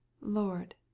Lord